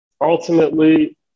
ultimately